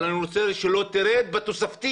אבל אני רוצה שהיא לא תרד בתוספתי